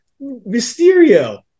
Mysterio